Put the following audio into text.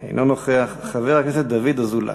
אינו נוכח, חבר הכנסת דוד אזולאי,